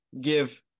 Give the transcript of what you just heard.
give